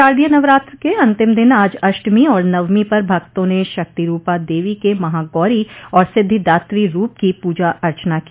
शारदीय नवरात्र के अंतिम दिन आज अष्टमी और नवमी पर भक्तों ने शक्तिरूपा देवी के महागौरी और सिद्धिदात्री रूप की पूजा अर्चना की